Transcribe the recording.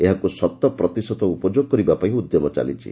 ଏହାକୁ ଶତପ୍ରତିଶତ ଉପଯୋଗ କରିବା ପାଇଁ ଉଦ୍ୟମ ଚାଲିଛି